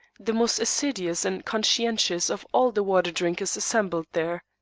the most assiduous and conscientious of all the water drinkers assembled there.